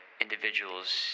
individuals